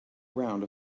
around